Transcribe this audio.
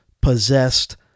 possessed